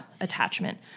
attachment